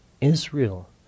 Israel